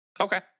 Okay